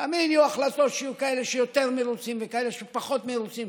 תמיד יהיו החלטות שיהיו כאלה שיותר מרוצים וכאלה שפחות מרוצים.